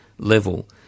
Level